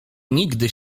nigdy